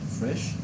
fresh